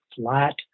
flat